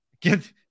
Get